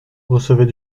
recevait